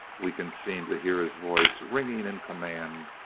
we can seem to hear his voice ringing in command